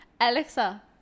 alexa